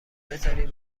بذارین